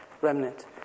remnant